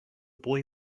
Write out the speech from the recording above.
boy